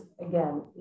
again